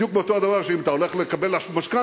בדיוק אותו הדבר כמו שאם אתה הולך לקבל משכנתה,